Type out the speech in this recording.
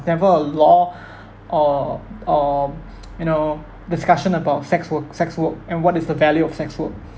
never a law or or you know discussion about sex work sex work and what is the value of sex work